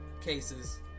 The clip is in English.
cases